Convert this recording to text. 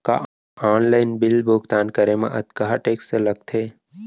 का online bill भुगतान करे मा अक्तहा टेक्स लगथे?